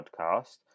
podcast